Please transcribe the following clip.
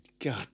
God